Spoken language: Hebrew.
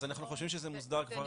אז אנחנו חושבים שזה מוסדר כבר.